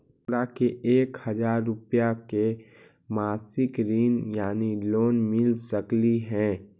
हमरा के एक हजार रुपया के मासिक ऋण यानी लोन मिल सकली हे?